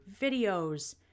videos